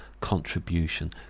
contribution